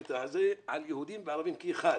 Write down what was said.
בקטע הזה על יהודים וערבים כאחד.